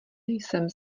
jsem